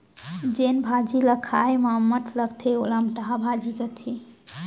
जेन भाजी ल खाए म अम्मठ लागथे वोला अमटहा भाजी कथें